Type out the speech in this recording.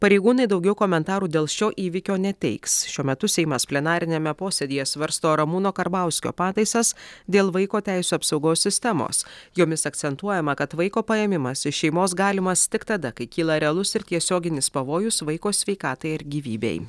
pareigūnai daugiau komentarų dėl šio įvykio neteiks šiuo metu seimas plenariniame posėdyje svarsto ramūno karbauskio pataisas dėl vaiko teisių apsaugos sistemos jomis akcentuojama kad vaiko paėmimas iš šeimos galimas tik tada kai kyla realus ir tiesioginis pavojus vaiko sveikatai ar gyvybei